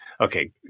Okay